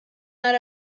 nhar